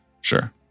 Sure